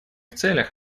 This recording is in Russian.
целях